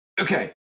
Okay